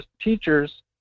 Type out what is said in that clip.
teachers